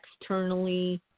externally